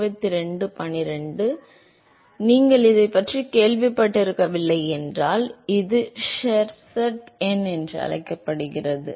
எனவே நீங்கள் இதைப் பற்றி கேள்விப்பட்டிருக்கவில்லை என்றால் இது ஷெர்வுட் எண் என்று அழைக்கப்படுகிறது